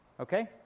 okay